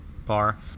bar